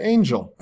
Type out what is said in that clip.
Angel